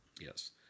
Yes